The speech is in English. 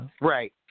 Right